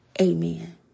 Amen